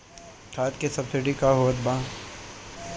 खाद के सबसिडी क हा आवत बा?